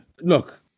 look